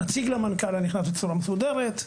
ונעשה זאת בצורה מסודרת.